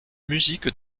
musiques